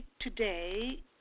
today